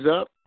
up